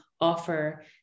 offer